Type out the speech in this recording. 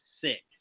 six